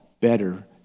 better